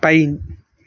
fine